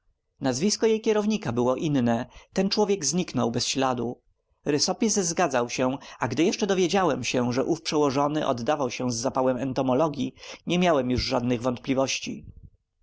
nazwisko jej kierownika było inne ten człowiek zniknął bez śladu rysopis zgadzał się a gdy jeszcze dowiedziałem się że ów przełożony odddawał się z zapałem entomologii nie miałem już żadnych wątpliwości